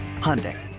Hyundai